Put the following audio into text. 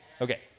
Okay